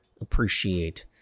appreciate